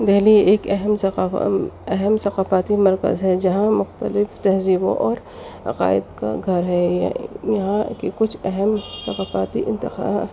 دہلی ایک اہم اہم ثقافتی مرکز ہے جہاں مختلف تہذیبوں اور عقائد کا گھر ہے یہاں کی کچھ اہم ثقافاتی انتخاب